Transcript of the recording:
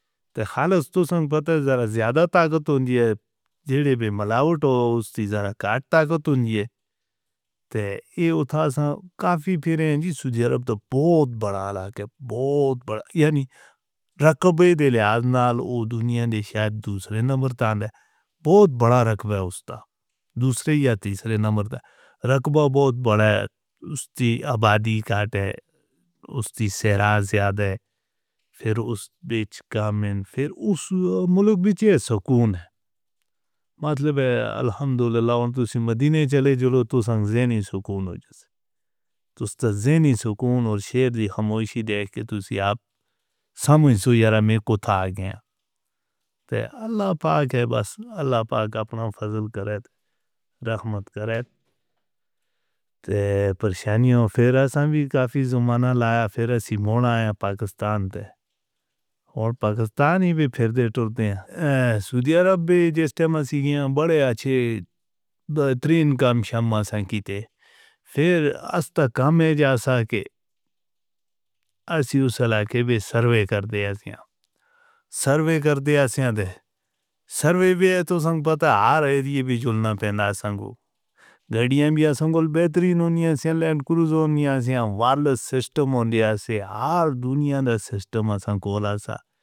دیلھو تُو سہی بتا ذرا زیادہ طاقتور مَلَیاؤٹ تو تیجّارا کانٹا کو دنیا کے بہت بڑے دَیالو دنیا دیکھ دوسرے نمبر دوسرے یا تیسرے نمبر کی آبادی کاٹے اُسی سے راج یادو پھر اُس دیش کا مین پھر اُسے سکون مدینے چلے۔ جو تُو سمجھے نہیں سکون تو اُس دِن ہی سکون اور شیر بھی ہم وہی دیکھ کے تُلسی آپ سمجھو یارا میں کوٹا آ گیا۔ اللہ پاک اپنوں کا دِل کرے تو مت کرو۔ پھر بھی کافی سُمن آیا۔ پھر سے آیا پاکستان اور پاک! رانی میں پھر دے دو دے یار آپ بھیجے تھے۔ مرثیہ بڑے۔ اچھے دِن کام شایما سنگیت استغاثہ کے شیو سینا کے بیچ سروے کر دے۔ اکھیاں سروے کر دیا سے آدھے سر میں بھی ہے تو سَمدا آ رہی تھی۔ بچھڑنا پہنا ساڑیاں سنبھل بہترین سکول جامعہ سَنوَاد سسٹم انڈیا سے ہار دنیا دِ سسٹم اکولا۔